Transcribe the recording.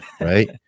right